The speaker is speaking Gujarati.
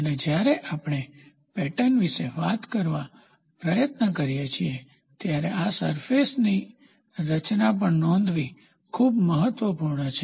અને જ્યારે આપણેપેટર્ન વિશે વાત કરવાનો પ્રયત્ન કરીએ ત્યારે આ સરફેસની રચના પણ નોંધવી ખૂબ જ મહત્વપૂર્ણ છે